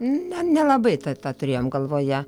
na nelabai tą tą turėjom galvoje